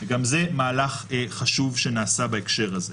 גם זה מהלך חשוב שנעשה בהקשר הזה.